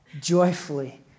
joyfully